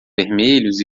vermelhos